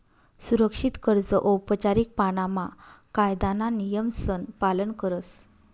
सुरक्षित कर्ज औपचारीक पाणामा कायदाना नियमसन पालन करस